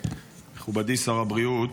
מכובדי שר הבריאות,